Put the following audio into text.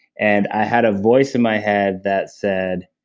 and i had a voice in my head that said,